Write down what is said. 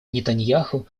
нетаньяху